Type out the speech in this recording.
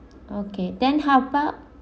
okay then how about